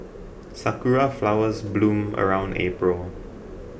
sakura flowers bloom around April